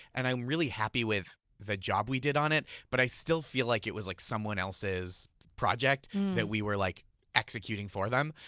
and i'm really happy with the job we did on it but i still feel like it was like someone else's project that we were like executing for them.